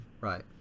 right